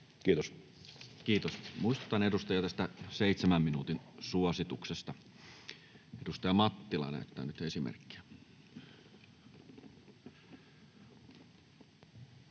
Kiitos. — Muistutan edustajia tästä seitsemän minuutin suosituksesta. — Edustaja Mattila näyttää nyt esimerkkiä.